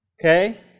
Okay